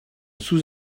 sous